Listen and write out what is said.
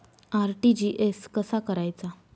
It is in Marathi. आर.टी.जी.एस कसा करायचा?